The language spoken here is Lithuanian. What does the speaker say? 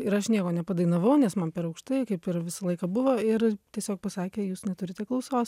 ir aš nieko nepadainavau nes man per aukštai kaip ir visą laiką buvo ir tiesiog pasakė jūs neturite klausos